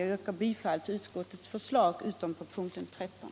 Jag yrkar bifall till utskottets förslag utom på punkten 13.